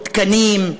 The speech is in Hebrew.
תקנים,